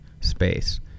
space